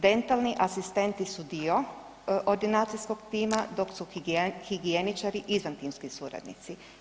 Dentalni asistenti su dio ordinacijskog tima, dok su higijeničari izvantimski suradnici.